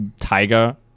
Tiger